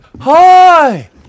hi